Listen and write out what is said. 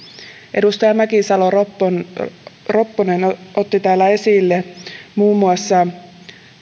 edustaja mäkisalo ropponen ropponen otti täällä esille muun muassa